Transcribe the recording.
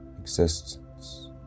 existence